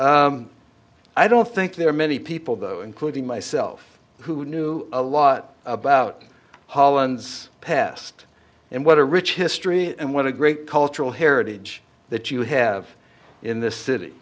cities i don't think there are many people though including myself who knew a lot about holland's past and what a rich history and what a great cultural heritage that you have in the city